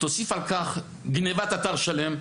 תוסיף על כך גניבת אתר שלם.